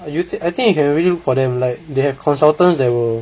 you I think you can really look for them like they have consultants that will